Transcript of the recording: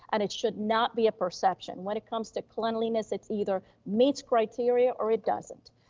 and it should not be a perception when it comes to cleanliness, it's either meets criteria or it doesn't.